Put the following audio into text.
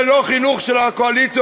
זה לא חינוך של הקואליציה,